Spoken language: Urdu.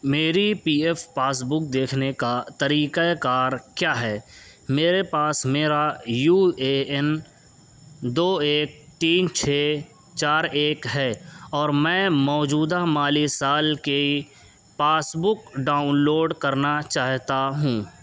میری پی ایف پاس بک دیکھنے کا طریقہ کار کیا ہے میرے پاس میرا یو اے این دو ایک تین چھ چار ایک ہے اور میں موجودہ مالی سال کی پاس بک ڈاؤن لوڈ کرنا چاہتا ہوں